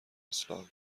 اصلاح